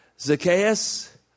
Zacchaeus